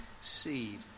seed